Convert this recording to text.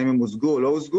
האם הן הושגו או לא הושגו.